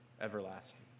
everlasting